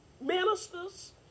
Ministers